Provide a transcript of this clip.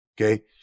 Okay